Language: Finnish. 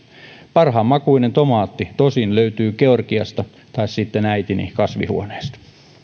parhaan makuinen tomaatti tosin löytyy georgiasta tai sitten äitini kasvihuoneesta